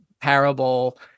parable